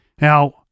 Now